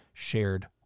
Shared